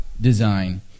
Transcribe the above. design